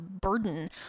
burden